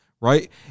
right